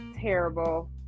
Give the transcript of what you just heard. terrible